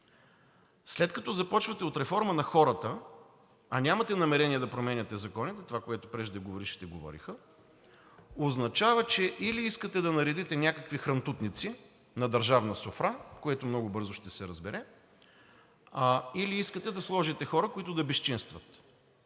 След като започвате от реформа на хората, а нямате намерение да променяте законите – това, което преждеговорившите говореха, означава, че или искате да наредите някакви хрантутници на държавна софра, което много бързо ще се разбере, или искате да сложите хора, които да безчинстват.